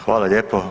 Hvala lijepo.